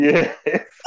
Yes